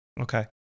Okay